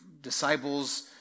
disciples